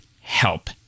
help